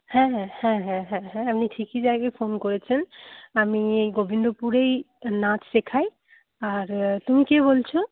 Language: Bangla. হ্যাঁ হ্যাঁ হ্যাঁ হ্যাঁ হ্যাঁ হ্যাঁ আপনি ঠিকই জায়গায় ফোন করেছেন আমি এই গোবিন্দপুরেই নাচ শেখাই আর তুমি কে বলছ